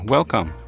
Welcome